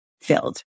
filled